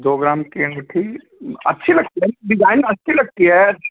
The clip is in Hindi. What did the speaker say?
दो ग्राम की अंगूठी अच्छी लगती है डिजाइन अच्छी लगती है